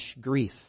grief